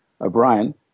O'Brien